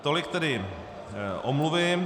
Tolik tedy omluvy.